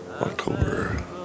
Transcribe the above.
October